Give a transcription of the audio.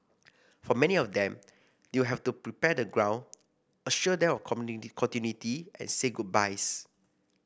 for many of them they will have to prepare the ground assure them of continuity and say goodbyes